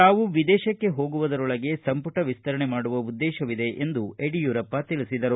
ತಾವು ವಿದೇಶಕ್ಕೆ ಹೋಗುವುದೊರಳಗೆ ಸಂಪುಟ ವಿಸ್ತರಣೆ ಮಾಡುವ ಉದ್ದೇಶವಿದೆ ಎಂದು ಯಡಿಯೂರಪ್ಪ ತಿಳಿಸಿದರು